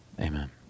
amen